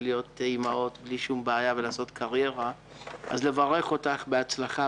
אי-אפשר להתעכב.